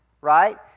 right